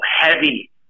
heavy